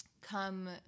come